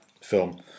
film